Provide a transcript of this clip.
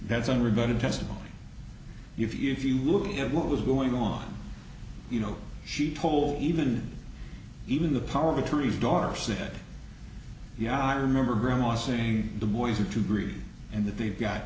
that's unrebutted testimony if you look at what was going on you know she told even even the power of attorney daughter said you know i remember grandma saying the boys are too greedy and that they've got